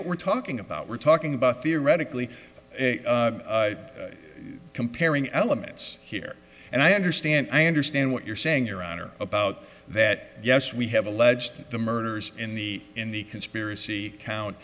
what we're talking about we're talking about theoretically comparing elements here and i understand i understand what you're saying your honor about that yes we have alleged the murders in the in the conspiracy